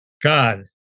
God